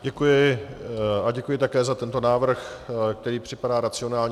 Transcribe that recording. Děkuji a děkuji také za tento návrh, který mi připadá racionální.